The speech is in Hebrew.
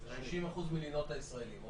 60% מלינות הישראלים.